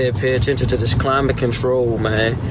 ah pay attention to this climate control, man.